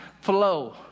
flow